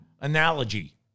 analogy